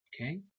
okay